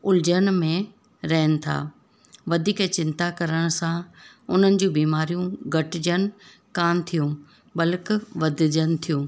उलझन में रहनि था वधीक चिंता करण सां उन्हनि जूं बीमारियूं घटिजनि कान थियूं बल्कि वधिजनि थियूं